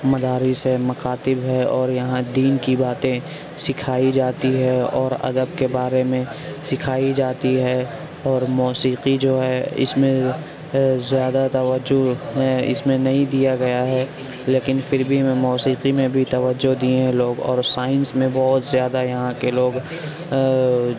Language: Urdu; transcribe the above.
مدارس ہے مکاتب ہے اور یہاں دین کی باتیں سکھائی جاتی ہے اور ادب کے بارے میں سکھائی جاتی ہے اور موسیقی جو ہے اس میں زیادہ توجہ اس میں نہیں دیا گیا ہے لیکن پھر بھی میں موسیقی میں بھی توجہ دیے ہیں لوگ اور سائنس میں بہت زیادہ یہاں کے لوگ